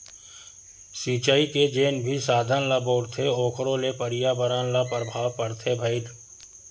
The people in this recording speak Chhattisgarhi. सिचई के जेन भी साधन ल बउरथे ओखरो ले परयाबरन ल परभाव परथे भईर